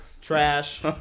Trash